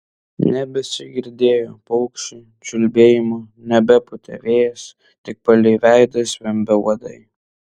nebesigirdėjo paukščių čiulbėjimo nebepūtė vėjas tik palei veidą zvimbė uodai